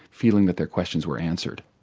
feeling that their questions were answered.